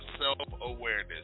self-awareness